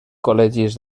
col·legis